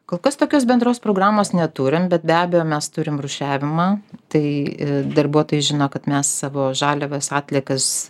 kol kas tokios bendros programos neturim bet be abejo mes turim rūšiavimą tai i darbuotojai žino kad mes savo žaliavas atliekas